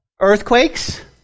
earthquakes